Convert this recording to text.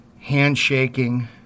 handshaking